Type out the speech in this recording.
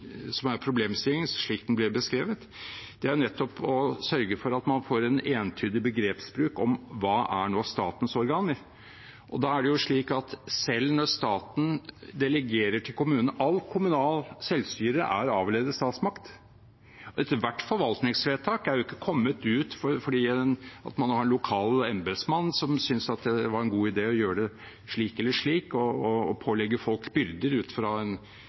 som er problemstillingen, slik den ble beskrevet – er nettopp å sørge for at man får en entydig begrepsbruk om hva er nå statens organer. Da er det slik at selv når staten delegerer til kommune: Alt kommunalt selvstyre er avledet statsmakt. Ethvert forvaltningsvedtak er jo ikke kommet ut fordi man har en lokal embetsmann som synes det var en god idé å gjøre det slik eller slik og pålegge folk byrder ut fra en